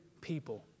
people